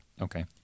Okay